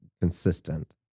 consistent